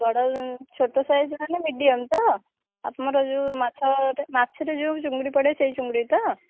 ବଡ ଛୋଟ ସାଇଜ୍ ମାନେ ମିଡ଼ିଅମ୍ ତ ଆମର ଯେଉଁ ମାଛରେ ଯେଉଁ ଚୁଙ୍ଗୁଡ଼ି ପଡ଼େ ସେଇ ଚୁଙ୍ଗୁଡ଼ି ତ